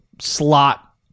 slot